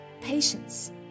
patience